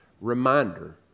reminder